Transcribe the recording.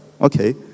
okay